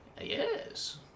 Yes